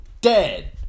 dead